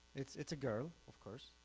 it's it's a girl of course,